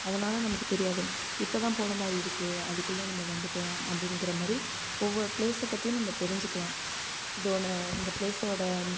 அதனால நமக்கு தெரியாது இப்போதான் போன மாதிரி இருக்குது அதுக்குள்ளே நம்ம வந்துவிட்டோம் அப்படினுங்குற மாதிரி ஒவ்வொரு ப்ளேஸை பற்றியும் நம்ம தெரிஞ்சுக்கலாம் இதோடய இந்த ப்ளேஸோடய